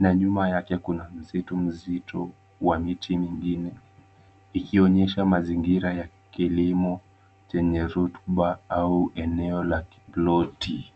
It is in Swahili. na nyuma yake kuna msitu mzito wa miti mingine, ikionyesha mazingira ya kilimo chenye rutuba au eneo la kiploti.